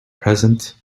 present